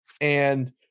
And-